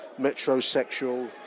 metrosexual